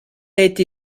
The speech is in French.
été